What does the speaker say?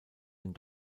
den